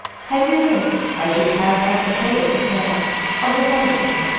had we lived, i should have had a tale to tell of the hardihood,